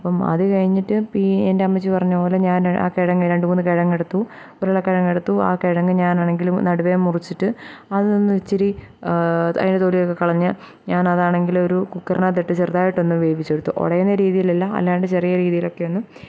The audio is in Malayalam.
അപ്പം അത് കഴിഞ്ഞിട്ട് പി എൻ്റെ അമ്മച്ചി പറഞ്ഞതു പോലെ ഞാൻ ആ കിഴങ്ങു രണ്ടുമൂന്നു കിഴങ്ങ് എടുത്തു ഉരുള കിഴങ്ങ് എടുത്തു ആ കിഴങ്ങ് ഞാനാണെങ്കിൽ നടുവേ മുറിച്ചിട്ട് അതൊന്ന് ഇച്ചിരി അതിൻ്റെ തൊലിയൊക്കെ കളഞ്ഞ് ഞാൻ അതാണെങ്കിൽ ഒരു കുക്കറിനകത്തിട്ട് ചെറുതായിട്ടൊന്നു വേവിച്ചെടുത്തു ഉടയുന്ന രീതിയിലല്ല അല്ലാണ്ട് ചെറിയ രീതിയിലൊക്കെ ഒന്ന്